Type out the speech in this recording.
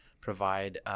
provide